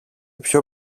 πιο